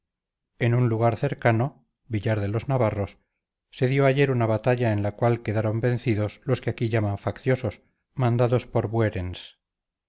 en un lugar cercano villar de los navarros se dio ayer una batalla en la cual quedaron vencidos los que aquí llaman facciosos mandados por